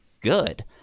good